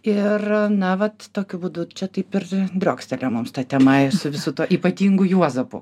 ir na vat tokiu būdu čia taip ir driokstelėjo mums ta tema su visu tuo ypatingu juozapu